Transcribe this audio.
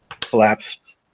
collapsed